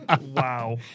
Wow